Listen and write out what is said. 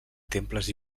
temples